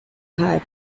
high